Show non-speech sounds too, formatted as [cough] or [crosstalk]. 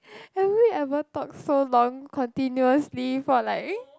[laughs] have you ever talk so long continuously for like